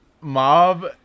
Mob